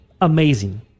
amazing